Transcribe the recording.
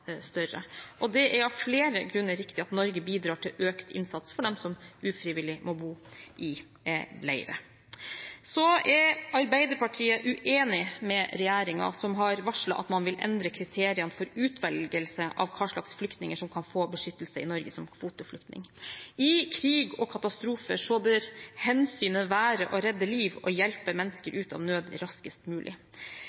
Det er av flere grunner viktig at Norge bidrar til økt innsats for dem som ufrivillig må bo i leirer. Så er Arbeiderpartiet uenig med regjeringen, som har varslet at man vil endre kriteriene for utvelgelse av hva slags flyktninger som kan få beskyttelse i Norge som kvoteflyktning. I krig og katastrofer bør hensynet være å redde liv og hjelpe mennesker